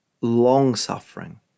long-suffering